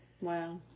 Wow